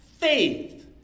faith